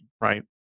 Right